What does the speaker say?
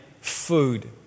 food